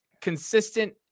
consistent –